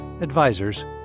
advisors